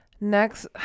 Next